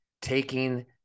taking